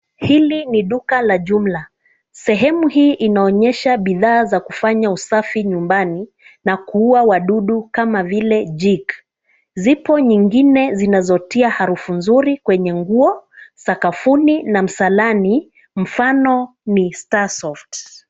Hili ni duka la jumla. Sehemu hii inaonyesha bidhaa za kufanya usafi nyumbani na kuua wadudu kama vile Jik . Zipo nyingine zinazotia harufu nzuri kwenye nguo, sakafuni na msalani mfano ni Star soft .